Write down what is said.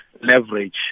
Leverage